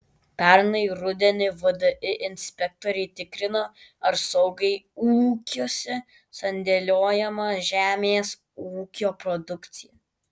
pernai rudenį vdi inspektoriai tikrino ar saugiai ūkiuose sandėliuojama žemės ūkio produkcija